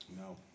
No